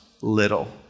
little